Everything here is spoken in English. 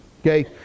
Okay